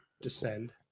descend